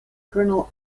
colonel